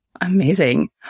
Amazing